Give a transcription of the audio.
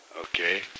Okay